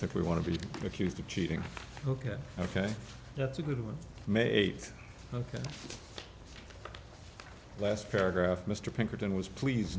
think we want to be accused of cheating ok ok that's a good one from eight ok last paragraph mr pinkerton was please